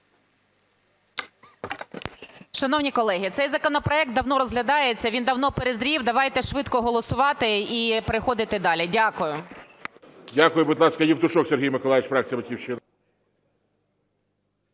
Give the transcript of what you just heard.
Шановні колеги, цей законопроект давно розглядається, він давно перезрів, давайте швидко голосувати і переходити далі. Дякую. ГОЛОВУЮЧИЙ. Дякую. Будь ласка, Євтушок Сергій Миколайович, фракція "Батьківщина".